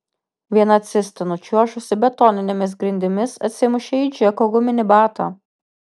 viena cista nučiuožusi betoninėmis grindimis atsimušė į džeko guminį batą